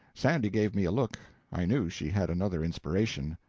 sandy gave me a look i knew she had another inspiration.